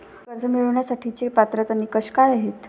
कर्ज मिळवण्यासाठीचे पात्रता निकष काय आहेत?